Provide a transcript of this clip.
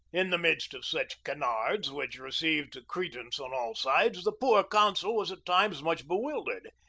in the midst of such canards, which received cre dence on all sides, the poor consul was times much bewildered.